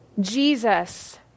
Jesus